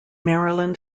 maryland